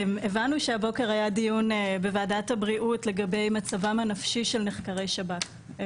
הבנו שהבוקר היה דיון בוועדת הבריאות לגבי מצבם הנפשי של נחקרי שב"כ.